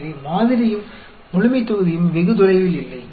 எனவே மாதிரியும் முழுமைத்தொகுதியும் வெகு தொலைவில் இல்லை